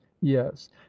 yes